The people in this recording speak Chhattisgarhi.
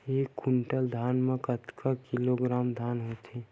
एक कुंटल धान में कतका किलोग्राम धान होथे?